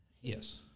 Yes